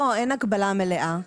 אין הקבלה מלאה,